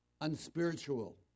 unspiritual